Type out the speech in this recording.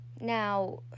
Now